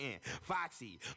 Foxy